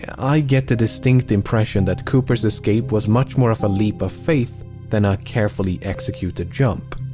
i get the distinct impression that cooper's escape was much more of a leap of faith than a carefully executed jump.